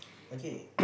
okay